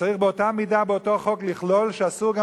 שצריך באותה מידה באותו חוק לכלול שאסור גם